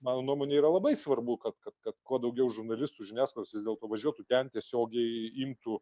mano nuomone yra labai svarbu kad kad kad kuo daugiau žurnalistų žiniasklaidos vis dėlto važiuotų ten tiesiogiai imtų